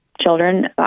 children